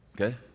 Okay